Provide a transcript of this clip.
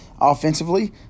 offensively